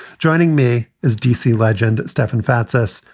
joining me is d c. legend stefan fatsis,